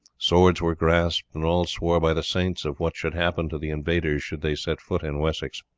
swords were grasped, and all swore by the saints of what should happen to the invaders should they set foot in wessex.